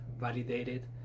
validated